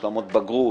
השלמת בגרות,